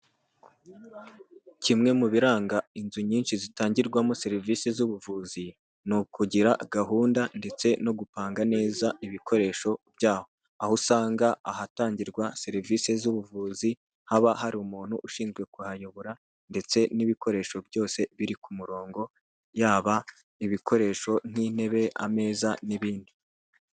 Kimwe mu biranga inzu nyinshi zitangirwamo serivisi z'ubuvuzi, ni ukugira gahunda ndetse no gupanga neza ibikoresho byaho aho usanga ahatangirwa serivisi z'ubuvuzi, haba hari umuntu ushinzwe kuhayobora ndetse n'ibikoresho byose biri ku murongo, yaba ibikoresho nk'intebe ameza n'ibindi.